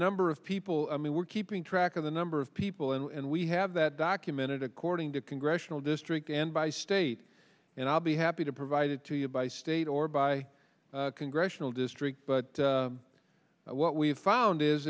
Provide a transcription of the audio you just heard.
number of people i mean we're keeping track of the number of people in we have that documented according to congressional district and by state and i'll be happy to provide it to you by state or by congressional district but what we've found